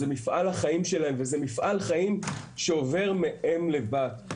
זה מפעל החיים שלהם וזה מפעל חיים שעובר מאם לבת.